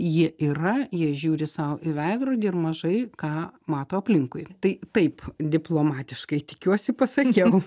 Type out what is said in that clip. jie yra jie žiūri sau į veidrodį ir mažai ką mato aplinkui tai taip diplomatiškai tikiuosi pasakiau